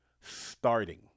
starting